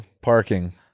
parking